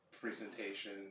presentation